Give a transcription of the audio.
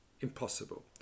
Impossible